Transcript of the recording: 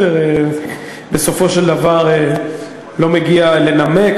לסדר-היום בסופו של דבר לא מגיעים לנמק,